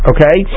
Okay